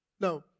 Now